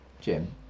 Jim